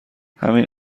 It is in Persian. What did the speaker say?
همین